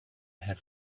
her